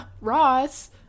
Ross